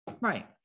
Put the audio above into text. Right